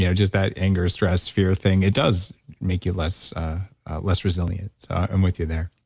you know just that anger, stress, fear thing, it does make you less less resilient. i'm with you there.